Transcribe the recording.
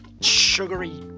sugary